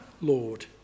Lord